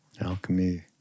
alchemy